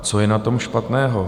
Co je na tom špatného?